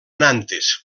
nantes